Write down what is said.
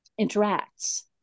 interacts